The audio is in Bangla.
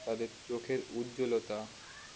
তাদের চোখের উজ্জ্বলতা